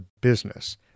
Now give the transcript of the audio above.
business